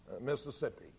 Mississippi